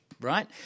right